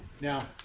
Now